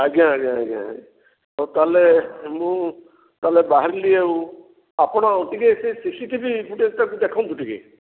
ଆଜ୍ଞା ଆଜ୍ଞା ଆଜ୍ଞା ହଉ ତାହେଲେ ମୁଁ ତାହେଲେ ବାହାରିଲି ଆଉ ଆପଣ ଟିକେ ସେ ସିସି ଟିଭି ଫୁଟେଜ୍ଟାକୁ ଦେଖନ୍ତୁ ଟିକେ